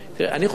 אני חושב,